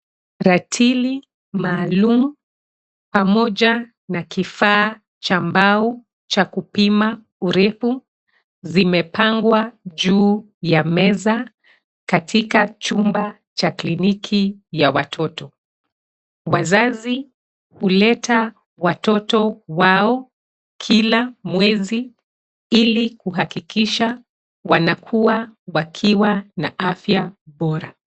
Latili maalum pamoja na kifaa cha mbao cha kupima urefu zimepangwa juu ya meza katika chumba cha kliniki ya watoto. Wazazi huleta watoto wao kila mwezi ili kuhakikisha wanakua wakiwa na afya bora.